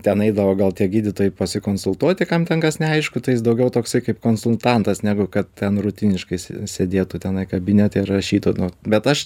ten eidavo gal tie gydytojai pasikonsultuoti kam ten kas neaišku tai jis daugiau toksai kaip konsultantas negu kad ten rutiniškai jis sėdėtų tenai kabinete ir rašytų nu bet aš